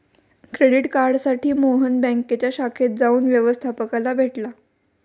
credit कार्डसाठी मोहन बँकेच्या शाखेत जाऊन व्यवस्थपकाला भेटला